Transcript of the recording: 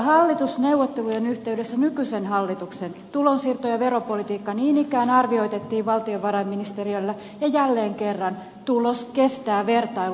hallitusneuvottelujen yhteydessä nykyisen hallituksen tulonsiirto ja veropolitiikka niin ikään arvioitettiin valtiovarainministeriöllä ja jälleen kerran tulos kestää vertailun